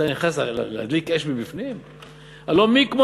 אתה נכנס להדליק אש מבפנים?